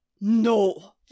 No